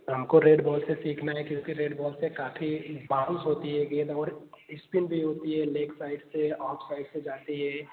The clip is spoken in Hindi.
हमको रेड बॉल से सीखना है क्योंकि रेड बॉल से काफ़ी बाउंस होती है गेंद और स्पिन भी होती है लेग साइड से ऑफ साइड से जाती है